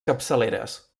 capçaleres